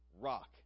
rock